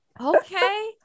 okay